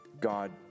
God